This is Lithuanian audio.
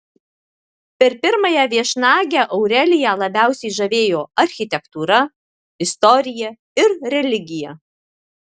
per pirmąją viešnagę aureliją labiausiai žavėjo architektūra istorija ir religija